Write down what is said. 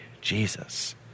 Jesus